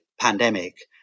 pandemic